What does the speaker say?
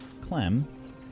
Clem